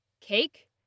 cake